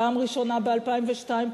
פעם ראשונה ב-2002,